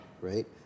Right